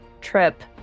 trip